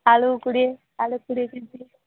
ଆଳୁ କୋଡ଼ିଏ ଆଳୁ କୋଡ଼ିଏ କେ ଜି